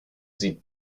sie